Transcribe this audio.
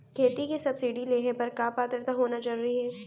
खेती के सब्सिडी लेहे बर का पात्रता होना जरूरी हे?